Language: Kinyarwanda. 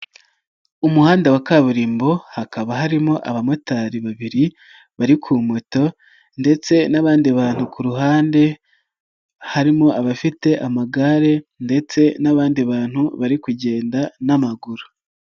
Umuhanda wa kaburimbo hakaba harimo abamotari babiri bari ku moto ndetse n'abandi bantu ku ruhande, harimo abafite amagare ndetse n'abandi bantu bari kugenda n'amaguru.